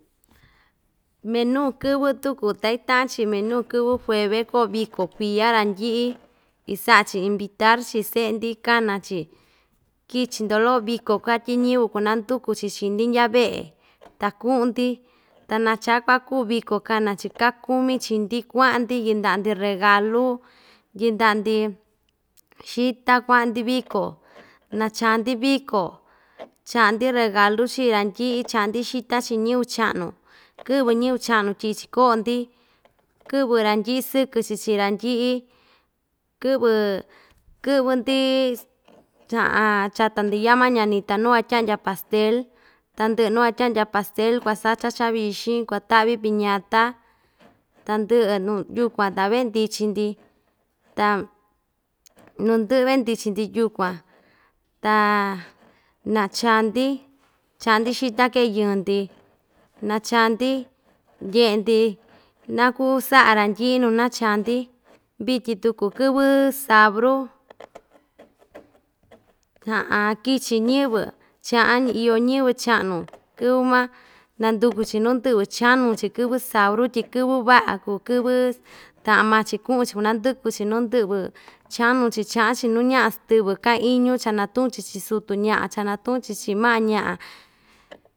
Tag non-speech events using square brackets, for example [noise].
Minu kɨvɨ tuku ta ita'an‑chi minu kɨvɨ jueve koo viko kuiya randyi'i isa'a‑chi invitar chii se'e‑ndi kana‑chi kichi‑ndo lo'o viko katyi ñɨvɨ kunanduku‑chi chii‑ndi ndya ve'e ta ku'un‑ndi ta nacha ku'a kuu viko kana‑chi ka kumi chii‑ndi kua'an‑ndi yinda'a‑ndi regalu yinda'a‑ndi xita kua'an‑ndi viko nacha‑ndi viko cha'a‑ndi regalu chi randyi'i cha'a‑ndi xita chii ñɨvɨ cha'nu kɨ'vɨ ñɨvɨ cha'nu tyi'i‑chi ko'o‑ndi kɨ'vɨ randyi'i sɨkɨ‑chi chi randyi'i kɨ'vɨ kɨ'vɨ‑ndi chata‑ndi yaa mañanita nu uatya'ndya pastel ta ndɨ'ɨ nu kuatya'ndya pastel kuasacha chavixin kuata'vi piñata tandɨ'ɨ nu yukuan te vendichi‑ndi ta nundɨ'ɨ vendichi‑ndi yukuan ta nacha‑ndi cha'a‑ndi xita kee yɨɨ‑ndi nacha‑ndi ndye'e‑ndi naku sa'a randyi'i nu nacha‑ndi vityi tuku kɨvɨ sabru [noise] [hesitation] kichi ñɨvɨ cha'an iyo ñɨvɨ cha'nu kɨvɨ ma nanduku‑chi nu ndɨ'vɨ chanu‑chi kɨvɨ sabru tyi kɨvɨ va'a kuu kɨvɨ ta'an maa‑chi ku'un‑chi kunandɨkuɨ‑chi nu ndɨ'vɨ chanu‑chi cha'an‑chi nu ña'a stɨvɨ ka iñu chanatu'un‑chi chi'in sutu ña'a chanatu'un‑chi chi'in ma'a ña'a.